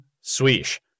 Swish